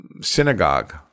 synagogue